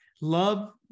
love